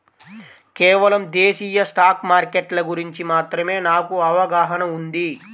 కేవలం దేశీయ స్టాక్ మార్కెట్ల గురించి మాత్రమే నాకు అవగాహనా ఉంది